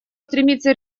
стремится